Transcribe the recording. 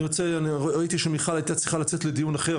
אני ראיתי שמיכל היתה צריכה לצאת לדיון אחר,